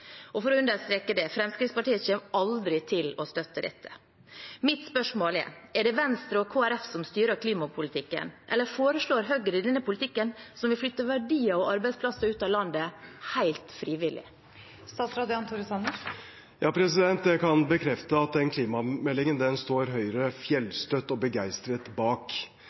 For å understreke det: Fremskrittspartiet kommer aldri til å støtte dette. Mitt spørsmål er: Er det Venstre og Kristelig Folkeparti som styrer klimapolitikken, eller foreslår Høyre denne politikken, som vil flytte verdier og arbeidsplasser ut av landet, helt frivillig? Jeg kan bekrefte at den klimameldingen står Høyre fjellstøtt og begeistret bak.